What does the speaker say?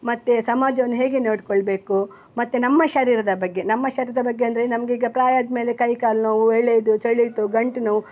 ಮತ್ತು ಸಮಾಜವನ್ನು ಹೇಗೆ ನೋಡಿಕೊಳ್ಬೇಕು ಮತ್ತು ನಮ್ಮ ಶರೀರದ ಬಗ್ಗೆ ನಮ್ಮ ಶರೀರದ ಬಗ್ಗೆ ಅಂದರೆ ನಮ್ಗೆ ಈಗ ಪ್ರಾಯ ಆದ ಮೇಲೆ ಕೈ ಕಾಲು ನೋವು ಎಳ್ಯೋದು ಸೆಳೆತ ಗಂಟು ನೋವು